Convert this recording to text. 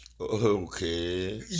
Okay